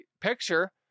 picture